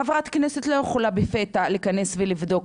חברת כנסת לא יכולה בפתע להיכנס ולבדוק